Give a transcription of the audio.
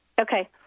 Okay